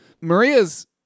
Maria's